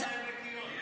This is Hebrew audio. אני בא בידיים נקיות.